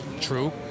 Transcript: true